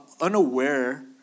unaware